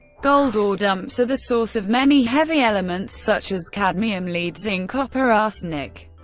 gold ore dumps are the source of many heavy elements such as cadmium, lead, zinc, copper, arsenic,